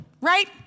right